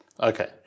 Okay